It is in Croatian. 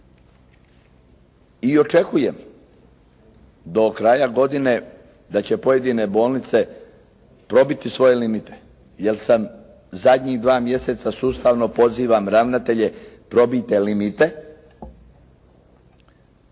I očekujem do kraja godine da će pojedine bolnice probiti svoje limite jer sam zadnjih dva mjeseca sustavno pozivam ravnatelje probite limite.